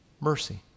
Mercy